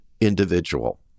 individual